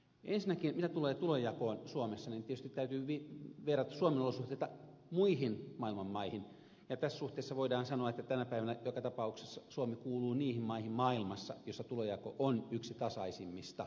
ensinnäkin mitä tulee tulonjakoon suomessa niin tietysti täytyy verrata suomen olosuhteita muiden maailman maiden olosuhteisiin ja tässä suhteessa voidaan sanoa että tänä päivänä joka tapauksessa suomi kuuluu niihin maihin maailmassa joissa tulonjako on yksi tasaisimmista